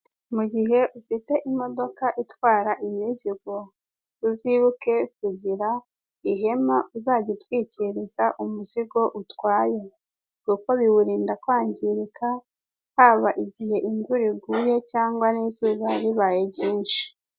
Ni umugabo wicaye imbere ya mudasobwa asa nk'aho ari gukoresha murandasi ku ruhande rwe hagaze abana bakiri batoya bisa nk'aho ari abanyeshuri baje gufata inguzanyo y’ibijyanye n'imyigire yabo.